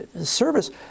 Service